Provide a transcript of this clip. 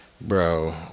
Bro